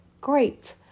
great